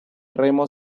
remo